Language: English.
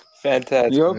Fantastic